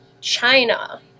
China